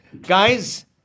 guys